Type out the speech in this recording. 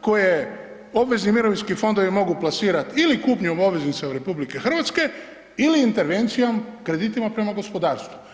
koje obvezni mirovinski fondovi mogu plasirat ili kupnjom obveznica od RH ili intervencijom kreditima prema gospodarstvu.